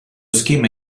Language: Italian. schema